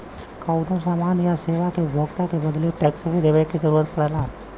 कउनो समान या सेवा के उपभोग के बदले टैक्स देवे क जरुरत पड़ला